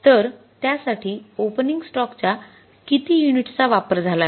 तर त्या साठी ओपनिंग स्टॉक च्या किती युनिट्स चा वापर झाला असेल